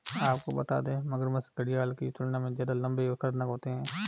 आपको बता दें, मगरमच्छ घड़ियाल की तुलना में ज्यादा लम्बे और खतरनाक होते हैं